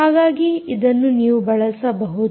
ಹಾಗಾಗಿ ಇದನ್ನು ನೀವು ಬಳಸಬಹುದು